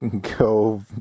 go